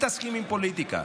מתעסקים עם הפוליטיקה.